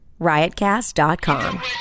riotcast.com